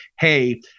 hey